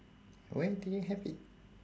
when did you have it